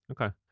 Okay